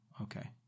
okay